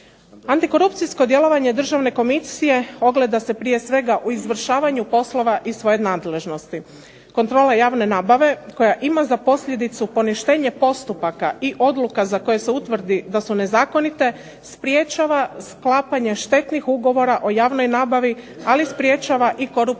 Antikorupcijsko djelovanje državne komisije ogleda se prije svega u izvršavanje poslova iz svoje nadležnosti. Kontrola javne nabave koja ima za posljedicu poništenje postupaka i odluka za koje se utvrdi da su nezakonite sprječava sklapanje štetnih ugovora o javnoj nabavi ali sprečava i koruptivno